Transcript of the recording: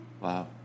Wow